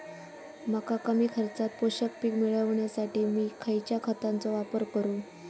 मका कमी खर्चात पोषक पीक मिळण्यासाठी मी खैयच्या खतांचो वापर करू?